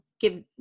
give